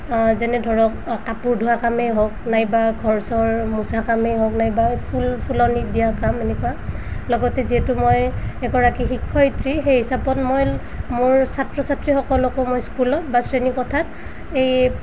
যেনে ধৰক কাপোৰ ধোৱা কামেই হওক নাইবা ঘৰ চৰ মোচা কামেই হওক নাইবা ফুল ফুলনি দিয়া কাম এনেকুৱা লগতে যিহেতু মই এগৰাকী শিক্ষয়িত্ৰী সেই হিচাপত মই মোৰ ছাত্ৰ ছাত্ৰীসকলকো মই স্কুলত বা শ্ৰেণী কোঠাত এই